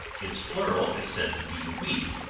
its plural is said to be we,